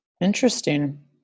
Interesting